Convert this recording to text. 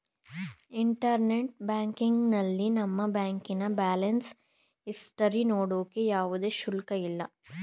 internet ಬ್ಯಾಂಕಿಂಗ್ನಲ್ಲಿ ನಮ್ಮ ಬ್ಯಾಂಕಿನ ಬ್ಯಾಲೆನ್ಸ್ ಇಸ್ಟರಿ ನೋಡೋಕೆ ಯಾವುದೇ ಶುಲ್ಕ ಇಲ್ಲ